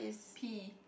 P